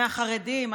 מהחרדים?